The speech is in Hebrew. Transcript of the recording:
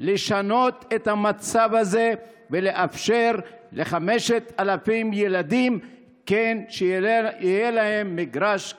לשנות את המצב הזה ולאפשר ל-5,000 ילדים שכן יהיה להם מגרש כדורגל,